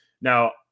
Now